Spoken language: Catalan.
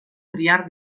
triar